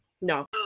no